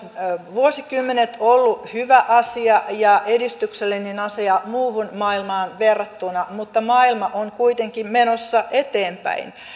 vuosikymmenet ollut hyvä asia ja edistyksellinen asia muuhun maailmaan verrattuna mutta maailma on kuitenkin menossa eteenpäin